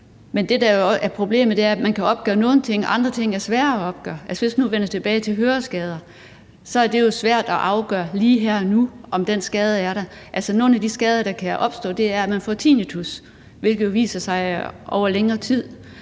Men det, der jo også er problemet, er, at man kan opgøre nogle ting, og at andre ting er sværere at opgøre. Hvis vi nu vender tilbage til høreskader, er det jo svært at afgøre lige her og nu, om den skade er der. Altså, nogle af de skader, der kan opstå, er, at man får tinnitus, hvilket jo viser sig over længere tid.